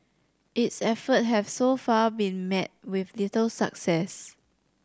its effort have so far been met with little success